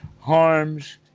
harms